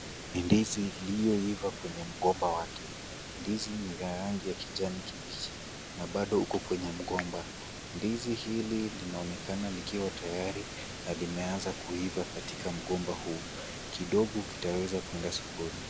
Ni ndizi iliyo iva kwenye mgomba wake. Ndizi ni ya rangi ya kijani kibichi na bado uko kwenye mgomba. Ndizi hili linaonekana likiwa tayari na limeanza kuiva katika mgomba huu. Kidogo kitaanza kwenda sokoni.